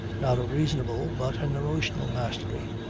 not a reasonable but an emotional mastery,